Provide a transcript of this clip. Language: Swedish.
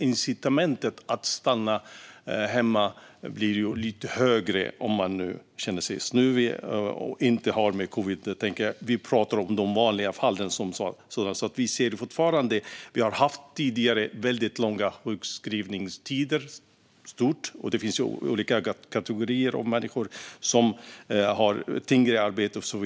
Incitamentet att stanna hemma blir lite större om man känner sig snuvig och inte har covid-19 och det inte finns någon karensdag. Jag pratar om hur det är i vanliga fall. Vi har tidigare haft väldigt långa sjukskrivningstider. Det finns olika kategorier av människor som har tyngre arbeten.